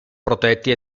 protetti